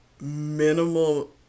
minimal